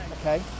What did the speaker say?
Okay